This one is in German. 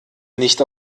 nicht